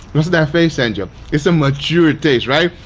what's that face angel? it's a mature taste right.